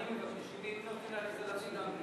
אני עומדת לסגור את הרשימה בעוד שתי דקות.